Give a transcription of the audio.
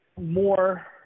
more